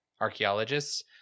archaeologists